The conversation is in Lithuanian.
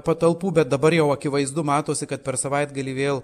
patalpų bet dabar jau akivaizdu matosi kad per savaitgalį vėl